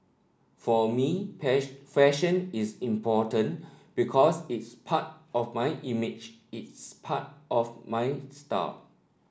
for me fashion is important because it's part of my image it's part of my star